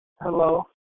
Hello